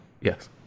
Yes